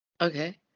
Okay